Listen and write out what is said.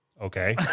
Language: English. Okay